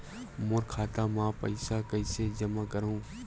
मोर खाता म पईसा कइसे जमा करहु?